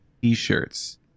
t-shirts